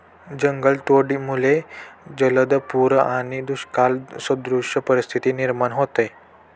जंगलतोडीमुळे जलद पूर आणि दुष्काळसदृश परिस्थिती निर्माण होते